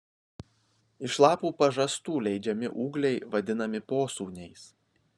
iš lapų pažastų leidžiami ūgliai vadinami posūniais